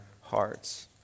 hearts